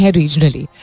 regionally